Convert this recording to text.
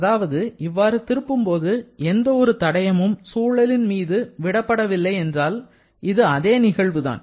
அதாவது இவ்வாறு திருப்பும்போது எந்த ஒரு தடயமும் சூழலின் மீது விடப்படவில்லை என்றால் இது அதே நிகழ்வுதான்